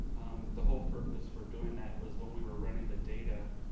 the whole purpose for doing that was when we were running the data,